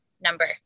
number